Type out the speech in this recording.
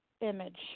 image